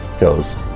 goes